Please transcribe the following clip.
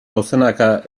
dozenaka